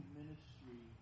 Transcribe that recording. ministry